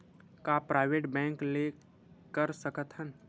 का private bank ले कर सकत हन?